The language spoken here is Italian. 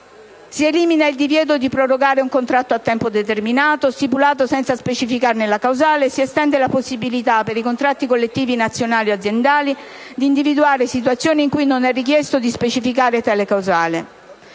si elimina il divieto di prorogare un contratto a tempo determinato stipulato senza specificarne la causale e si estende la possibilità, per i contratti collettivi nazionali o aziendali, di individuare situazioni in cui non è richiesto di specificare tale causale;